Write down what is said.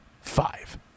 five